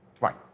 Right